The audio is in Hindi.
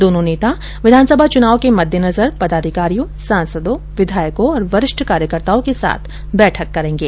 दोनो नेता विधानसभा चुनाव के मद्देनजर पदाधिकारियों सांसदों विधायकों और वरिष्ठ कार्यकर्ताओं के साथ बैठक करेंगे